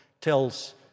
tells